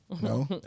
No